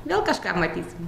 gal kažką matysim